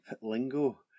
lingo